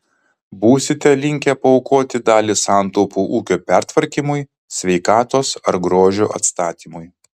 būsite linkę paaukoti dalį santaupų ūkio pertvarkymui sveikatos ar grožio atstatymui